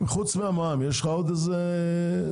חוץ מהמע"מ יש לך עוד איזו הצעה?